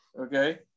Okay